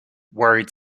worried